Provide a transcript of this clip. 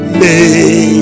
made